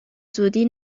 زودی